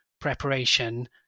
preparation